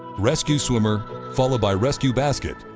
rescue swimmer, followed by rescue basket,